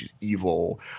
evil